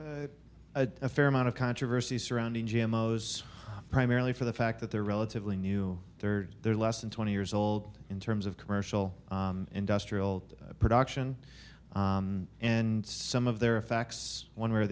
there's a fair amount of controversy surrounding j m o's primarily for the fact that they're relatively new third they're less than twenty years old in terms of commercial industrial production and some of their facts one way or